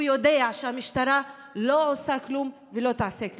הוא יודע שהמשטרה לא עושה כלום ולא תעשה כלום.